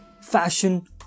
fashion